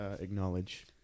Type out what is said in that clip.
acknowledge